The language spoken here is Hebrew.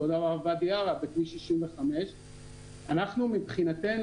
אותו דבר ואדי ערה בכביש 65. אנחנו מבחינתנו